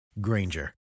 Granger